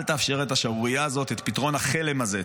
אל תאפשר את השערורייה הזאת, את פתרון החלם הזה.